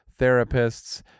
therapists